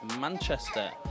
Manchester